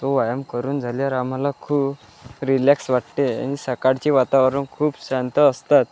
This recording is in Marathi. तो व्यायाम करून झाल्यावर आम्हाला खू रिलॅक्स वाटते आणि सकाळचे वातावरण खूप शांत असतात